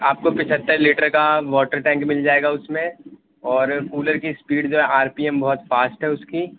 آپ کو پچہتر لیٹر کا واٹر ٹینک مل جائے گا اس میں اور کولر کی اسپیڈ جو ہے آر پی ایم بہت فاسٹ ہے اس کی